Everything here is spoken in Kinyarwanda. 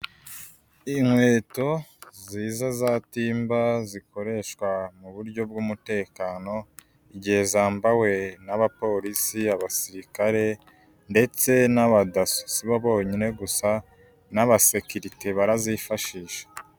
Inkweto nziza za timba, zikoreshwa mu buryo bw'umutekano, igihe zambawe n'abapolisi, abasirikare ndetse n'abadaso. Sibo bonyine gusa n'abasekirite barazifashisha.